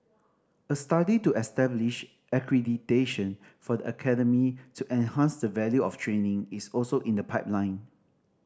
a study to establish accreditation for the academy to enhance the value of training is also in the pipeline